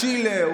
צ'ילה,